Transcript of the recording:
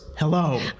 Hello